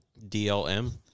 DLM